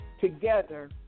together